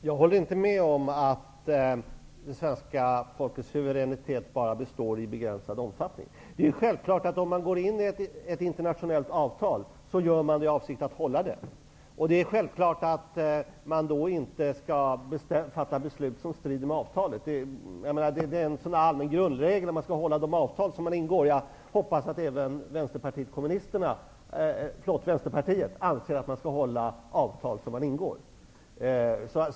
Herr talman! Jag håller inte med om att det svenska folkets suveränitet består bara i begränsad omfattning. Om man ingår ett internationellt avtal är det självklart att man gör det i avsikt att hålla det, och då skall man inte fatta beslut som strider mot det avtalet. Det är en allmän grundregel. Jag hoppas att även Vänsterpartiet anser att man skall hålla avtal som ingås.